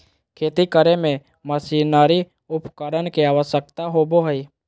खेती करे में मशीनरी उपकरण के आवश्यकता होबो हइ